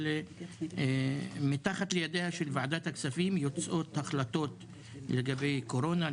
אבל מתחת ידיה של ועדת הכספים יוצאות החלטות לגבי קורונה,